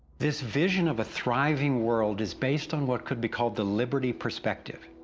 this vision of a thriving world, is based on what could be called the liberty perspective.